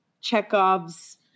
Chekhov's